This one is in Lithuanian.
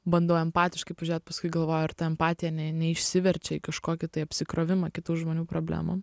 bandau empatiškai pažiūrėt paskui galvoju ar ta empatija ne neišsiverčia į kažkokį tai apsikrovimą kitų žmonių problemom